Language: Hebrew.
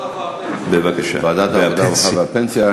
ועדת העבודה, הרווחה והפנסיה.